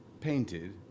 painted